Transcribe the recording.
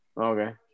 Okay